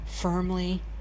firmly